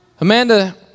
Amanda